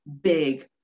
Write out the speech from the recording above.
big